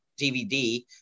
DVD